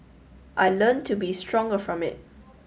I learnt to be stronger from it